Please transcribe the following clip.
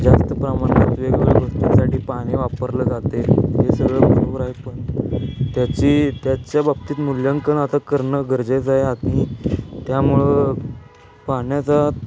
जास्त प्रमाणात वेगवेगळ्या गोष्टींसाठी पाणी वापरलं जातं आहे हे सगळं बरोबर आहे पण त्याची त्याच्या बाबतीत मूल्यांकन आता करणं गरजेचं आहे आणि त्यामुळं पाण्याचा